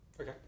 okay